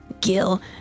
gil